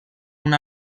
una